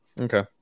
Okay